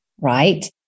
right